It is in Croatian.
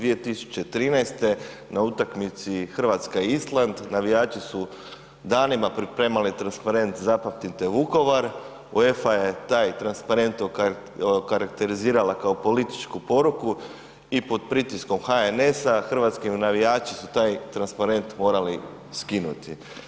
2013. na utakmici Hrvatska-Island navijači su danima pripremali transparent „Zapamtite Vukovar“, UEFA je taj transparent okarakterizirala kao političku poruku i pod pritiskom HNS-a, hrvatski navijači su taj transparent morali skinuti.